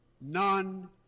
None